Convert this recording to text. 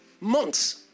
months